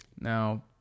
Now